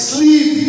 Sleep